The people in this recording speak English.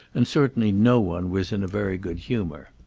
and certainly no one was in a very good humour.